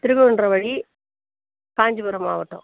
திருகழுக்குன்றம் வழி காஞ்சிபுரம் மாவட்டம்